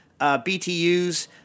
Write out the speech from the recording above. BTUs